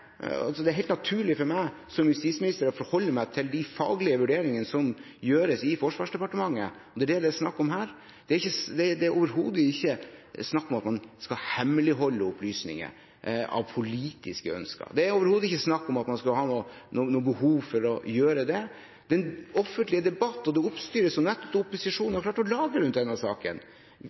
er snakk om her. Det er overhodet ikke snakk om at man skal hemmeligholde opplysninger av politiske ønsker. Det er overhodet ikke snakk om at man skal ha noe behov for å gjøre det. Den offentlige debatten og det oppstyret som opposisjonen har klart å lage rundt denne saken,